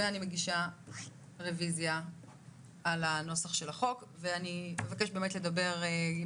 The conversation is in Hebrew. ואני מגישה רביזיה על הנוסח של החוק ואני אבקש לדבר עם